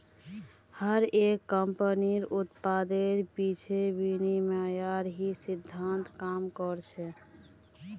हर एक कम्पनीर उत्पादेर पीछे विनिमयेर ही सिद्धान्त काम कर छे